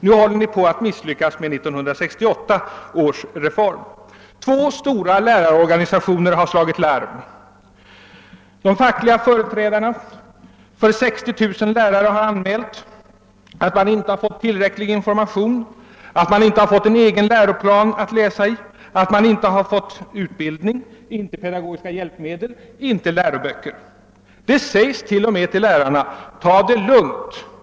Nu håller ni på att misslyckas med 1968 års skolreform. Två stora lärarorganisationer har slagit larm. De fackliga företrädarna för 60 000 lärare har anmält att man inte har fått tillräcklig information, att man inte har fått en egen läroplan att läsa i, att man inte har fått utbildning, inte pedagogiska hjälpmedel och inte heller läroböcker. Det sägs t.o.m. till lärarna: »Ta det lugnt!